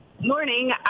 Morning